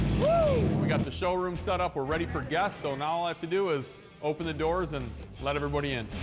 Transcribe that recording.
whoo. we got the showroom set up. we're ready for guests, so now all i have to do is open the doors and let everybody in.